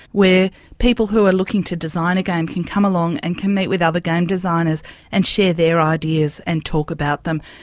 where people who are looking to design a game can come along and can meet with other game designers and share their ideas and talk about them.